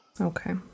Okay